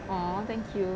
!aww! thank you